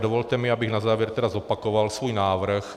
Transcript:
Dovolte mi, abych na závěr zopakoval svůj návrh.